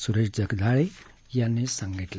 सुरेश जगदाळे यांनी सांगितलं